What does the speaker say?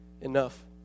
enough